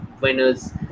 winners